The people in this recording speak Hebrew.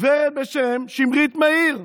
גברת בשם שמרית מאיר.